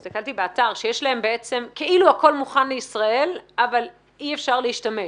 הסתכלתי באתר כאילו הכול מוכן לישראל אבל אי אפשר להשתמש.